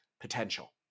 Potential